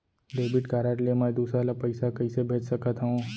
Debit card ले मैं दूसर ला पइसा कइसे भेज सकत हओं?